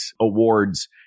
awards